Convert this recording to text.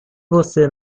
você